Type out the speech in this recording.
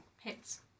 Hits